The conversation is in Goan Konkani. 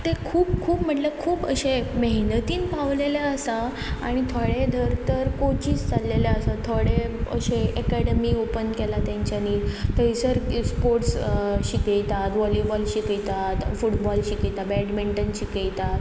तें खूब खूब म्हटल्यार खूब अशे मेहनतीन पावलेले आसा आनी थोडे धर तर कोचीस जाल्लेले आसा थोडे अशे एकेडमी ओपन केलां तेंच्यांनी थंयसर स्पोर्ट्स शिकयतात वॉलीबॉल शिकयतात फुटबॉल शिकयता बॅडमिंटन शिकयतात